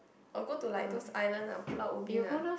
or go to like those island ah Pulau-Ubin ah